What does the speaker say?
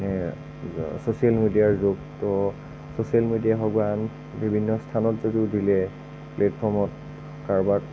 social মিডিয়াৰ যুগ ত' ছচিয়েল মিডিয়াই হওক বা আন বিভিন্ন স্থানত যদি দিলে প্লেটফৰ্মত কাৰোবাক